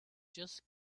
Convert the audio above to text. just